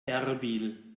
erbil